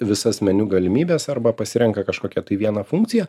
visas meniu galimybes arba pasirenka kažkokią tai vieną funkciją